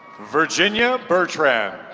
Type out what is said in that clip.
virginia bertrand